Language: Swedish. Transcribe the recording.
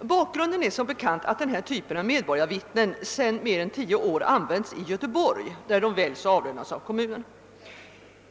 Bakgrunden är som bekant, att denna typ av medborgarvittnen sedan mer än tio år används i Göteborg, där de väljs och avlönas av kommunen.